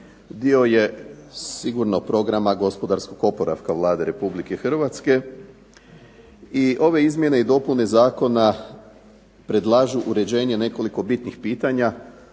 dio je sigurno Programa gospodarskog oporavka Vlade Republike Hrvatske i ove izmjene i dopune zakona predlažu uređenje nekoliko bitnih pitanja,